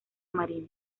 marino